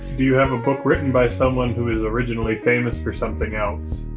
do you have a book written by someone who is originally famous for something else?